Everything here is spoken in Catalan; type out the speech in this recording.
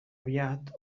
aviat